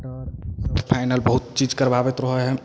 ओहिमे फाइनल बहुत चीज करबाबैत रहै हइ